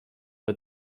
but